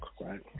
right